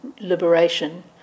liberation